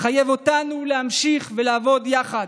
מחייב אותנו להמשיך לעבוד יחד.